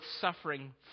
suffering